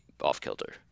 off-kilter